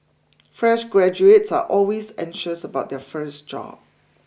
fresh graduates are always anxious about their first job